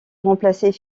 remplacer